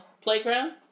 playground